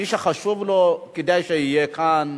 מי שחשוב לו, כדאי שיהיה כאן,